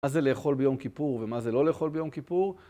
מה זה לאכול ביום כיפור ומה זה לא לאכול ביום כיפור?